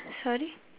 sorry